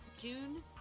June